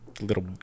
little